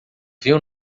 viu